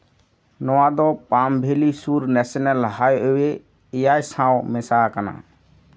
ᱱᱚᱣᱟ ᱫᱚ ᱯᱟᱢᱼᱵᱷᱮᱹᱞᱤ ᱥᱩᱨ ᱱᱮᱥᱱᱮᱞ ᱦᱟᱭᱳᱭᱮ ᱮᱭᱟᱭ ᱥᱟᱶ ᱢᱮᱥᱟ ᱟᱠᱟᱱᱟ